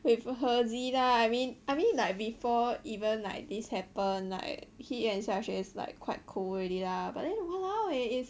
with hirzi lah I mean I mean like before even like this happen like he and xiaxue is like quite cool already lah but then !walao! eh it's